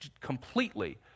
completely